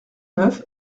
neuf